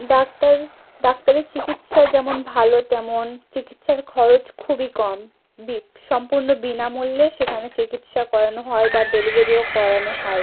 doctor ডাক্তারের চিকিৎসা যেমন ভালো তেমন চিকিৎসার খরচ খুবই কম সম্পূর্ণ বিনামূল্যে সেখানে চিকিৎসা করানো হয় বা ডেলিভারিও করানো হয়